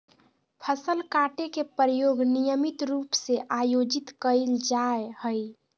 फसल काटे के प्रयोग नियमित रूप से आयोजित कइल जाय हइ